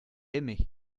aimé